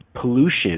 Pollution